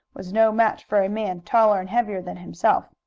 was no match for a man taller and heavier than himself.